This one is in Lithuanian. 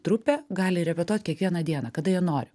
trupė gali repetuot kiekvieną dieną kada jie nori